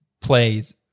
plays